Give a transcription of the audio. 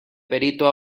perito